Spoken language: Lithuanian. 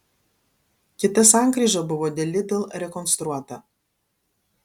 kita sankryža buvo dėl lidl rekonstruota